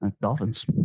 Dolphins